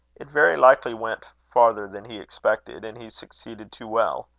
it very likely went farther than he expected and he succeeded too well.